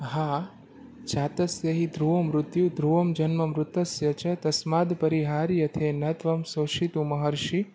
હા જાતસ્ય હી ધ્રુવમુત્ય ધ્રુવજન્મમ મૃતસ્ય ચે તસ્માદ પરીહાર્યથે ન ત્વમ સોશીતો મહર્ષિ